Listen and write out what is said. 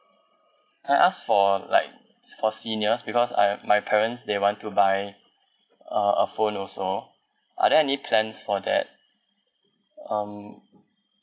can I ask for like for seniors because I have my parents they want to buy uh a phone also are there any plans for that um